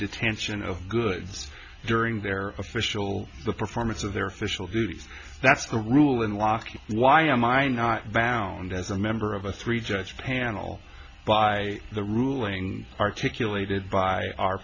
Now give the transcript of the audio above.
detention of goods during their official the performance of their official duties that's the rule in law why am i not valid as a member of a three judge panel by the ruling articulated by our